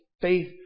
faith